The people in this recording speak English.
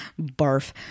barf